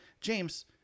james